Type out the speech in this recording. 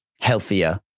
healthier